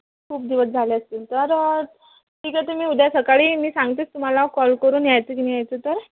खूप दिवस झाले असतील तर ठीक आहे तुम्ही उद्या सकाळी मी सांगतेच तुम्हाला कॉल करून यायचं की नाही यायचं तर